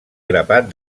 grapat